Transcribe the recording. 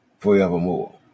forevermore